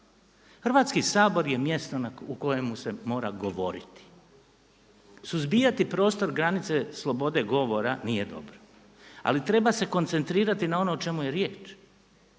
Hrvatski sabor je mjesto u kojem se mora govoriti. Suzbijati prostor granice slobode govora nije dobro. Ali treba se koncentrirati na ono o čemu je riječ.